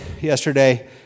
yesterday